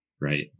right